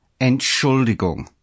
Entschuldigung